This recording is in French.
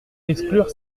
exclure